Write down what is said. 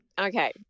Okay